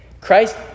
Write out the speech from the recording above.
Christ